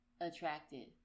attracted